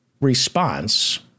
response